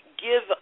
give